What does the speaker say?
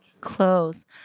Clothes